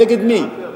נגד מי?